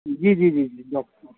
جی جی جی جی